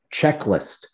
checklist